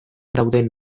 dauden